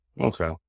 Okay